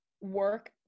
work